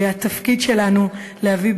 והתפקיד שלנו להביא,